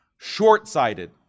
short-sighted